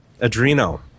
Adreno